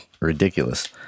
ridiculous